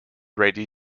ready